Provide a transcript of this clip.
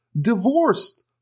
divorced